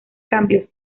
cambios